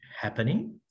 happening